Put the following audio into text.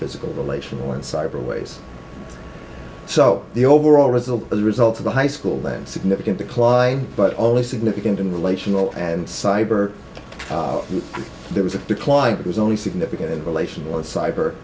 physical relational and cyber ways so the overall result as a result of the high school then significant decline but only significant in relational and cyber there was a decline it was only significant in relation to the cyber